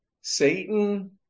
Satan